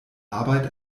arbeit